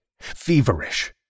feverish